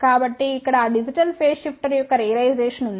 కాబట్టి ఇక్కడ ఆ డిజిటల్ ఫేజ్ షిఫ్టర్ యొక్క రియలైజేషన్ ఉంది